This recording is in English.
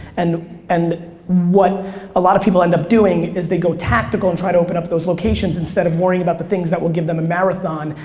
and and what a lot of people end up doing is they go tactical and try to open up those locations instead of worrying about the things that will give them a marathon.